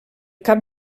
cap